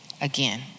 again